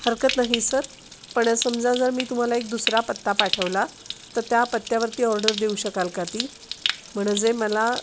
हरकत नाही सर पण समजा जर मी तुम्हाला एक दुसरा पत्ता पाठवला तर त्या पत्त्यावरती ऑर्डर देऊ शकाल का ती म्हणजे मला